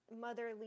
motherly